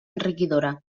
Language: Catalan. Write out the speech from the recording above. enriquidora